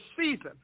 season